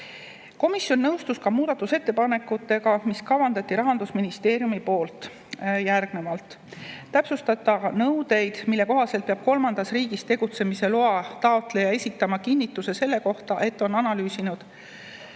Komisjon nõustus ka muudatusettepanekutega, mis kavandati Rahandusministeeriumi poolt järgnevalt. Täpsustatakse nõudeid, mille kohaselt peab kolmandas riigis tegutsemise loa taotleja esitama kinnituse selle kohta, et on analüüsinud